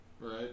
Right